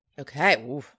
Okay